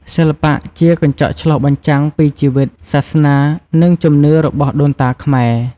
សិល្បៈជាកញ្ចក់ឆ្លុះបញ្ចាំងពីជីវិត សាសនា និងជំនឿរបស់ដូនតាខ្មែរ។